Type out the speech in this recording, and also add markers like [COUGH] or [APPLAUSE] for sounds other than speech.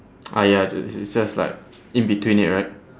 [NOISE] ah ya j~ it's just like in between it right